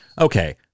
okay